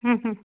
हम्म हम्म